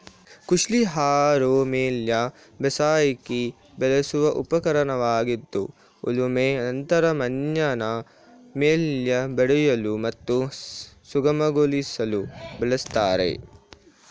ಕೃಷಿಲಿ ಹಾರೋ ಮೇಲ್ಮೈ ಬೇಸಾಯಕ್ಕೆ ಬಳಸುವ ಉಪಕರಣವಾಗಿದ್ದು ಉಳುಮೆ ನಂತರ ಮಣ್ಣಿನ ಮೇಲ್ಮೈ ಒಡೆಯಲು ಮತ್ತು ಸುಗಮಗೊಳಿಸಲು ಬಳಸ್ತಾರೆ